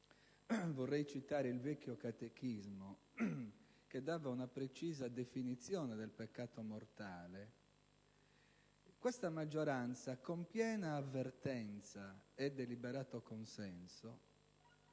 vorrei citare il vecchio catechismo che dava una precisa definizione del peccato mortale. Questa maggioranza, con piena avvertenza e deliberato consenso,